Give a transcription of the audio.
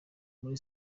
muri